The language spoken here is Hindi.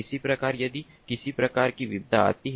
इसी प्रकार यदि किसी प्रकार की विपदा आती है